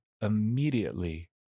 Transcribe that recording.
immediately